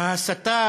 ההסתה